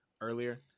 earlier